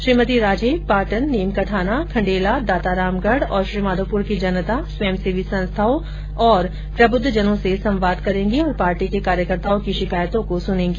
श्रीमती राजे पाटन नीम का थाना खण्डेला दांतारामगढ और श्रीमाधोप्र की जनता स्वयंसेवी संस्थाओं प्रबुद्धजनों से संवाद करेंगी और पार्टी के कार्यकर्ताओं की शिकायतों को सुनेगी